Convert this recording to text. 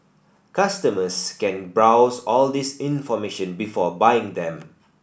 customers can browse all this information before buying them